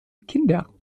kinder